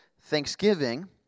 thanksgiving